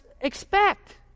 expect